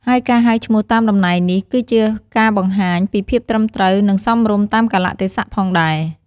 ហើយការហៅឈ្មោះតាមតំណែងនេះ គឺជាការបង្ហាញពីភាពត្រឹមត្រូវ និងសមរម្យតាមកាលៈទេសៈផងដែរ។